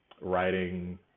writing